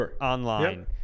online